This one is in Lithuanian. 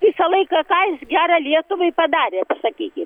visą laiką ką jis gerą lietuvai padarė pasakykit